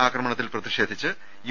അക്രമത്തിൽ പ്രതിഷേ ധിച്ച് യു